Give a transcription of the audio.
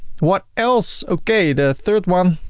what else? okay, the third one,